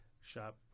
Shop